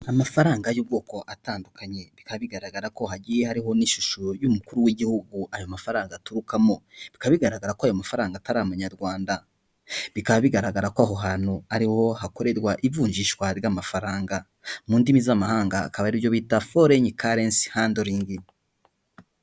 Amafaranga y'ubwoko atandukanye, bikaba bigaragara ko hagiye hariho n'ishusho y'umukuru w'igihugu ayo mafaranga aturukamo, bikaba bigaragara ko ayo mafaranga atari amanyarwanda, bikaba bigaragara ko aho hantu ariho hakorerwa ivunjishwa ry'amafaranga, mu ndimi z'amahanga akaba aribyo bita forenyi karensi handolingi.